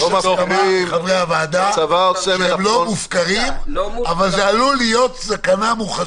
יש הסכמה בין חברי הוועדה שהם לא מופקרים אבל עלולה להיות סכנה מוחשית.